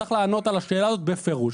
צריך לענות על השאלה הזאת בפירוש.